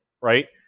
right